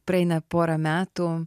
praeina pora metų